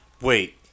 Wait